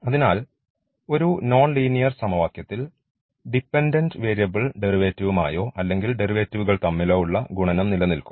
അതിനാൽ ഒരു non linear സമവാക്യത്തിൽ ഡിപെൻഡൻറ് വേരിയബിൾ ഡെറിവേറ്റീവ്മായോ അല്ലെങ്കിൽ ഡെറിവേറ്റീവ്കൾ തമ്മിലോ ഉള്ള ഗുണനം നിലനിൽക്കും